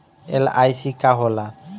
LIC का होला?